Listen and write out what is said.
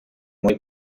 мої